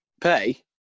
Pay